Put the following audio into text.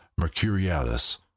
Mercurialis